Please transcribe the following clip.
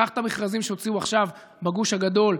קח את המכרזים שהוציאו עכשיו בגוש הגדול,